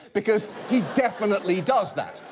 because he definitely does that.